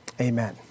Amen